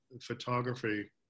photography